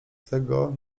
tego